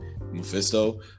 Mephisto